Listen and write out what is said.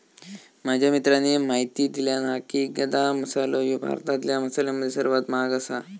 माझ्या मित्राने म्हायती दिल्यानं हा की, गदा मसालो ह्यो भारतातल्या मसाल्यांमध्ये सर्वात महाग आसा